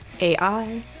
AI